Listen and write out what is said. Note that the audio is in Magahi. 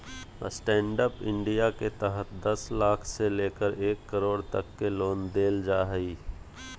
स्टैंडअप इंडिया के तहत दस लाख से लेकर एक करोड़ तक के लोन देल जा हइ